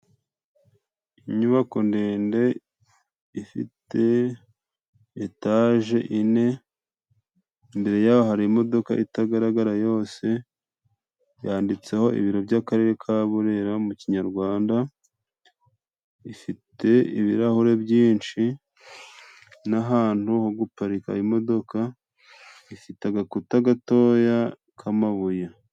Inyubako ndende ifite etaje enye. Imbere yaho hari imodoka itagaragara yose yanditseho "Ibiro by'Akarere ka Burera mu kinyarwanda. Ifite ibirahuri byinshi n'ahantu ho guparika imodoka, ifite agakuta gatoya k'amabuye.